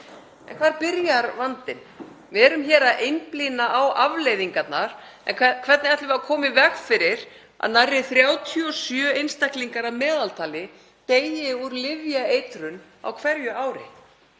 En hvar byrjar vandinn? Við erum að einblína á afleiðingarnar. Hvernig ætlum við að koma í veg fyrir að nærri 37 einstaklingar að meðaltali deyi úr lyfjaeitrun á hverju ári?